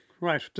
Right